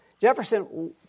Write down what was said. Jefferson